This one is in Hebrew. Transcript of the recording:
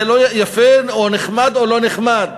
זה לא יפה או נחמד או לא נחמד.